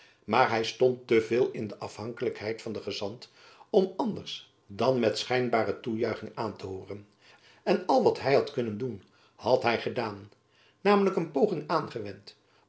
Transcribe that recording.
maar hy stond te veel in de afhankelijkheid van den gezant om het anders dan met schijnbare toejuiching aan te hooren en al wat hy had kunnen doen had hy gedaan namelijk een poging aangewend